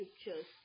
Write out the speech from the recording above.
scriptures